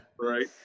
Right